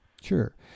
Sure